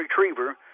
retriever